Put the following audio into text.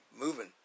moving